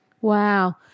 Wow